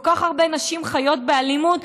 כל כך הרבה נשים חיות באלימות.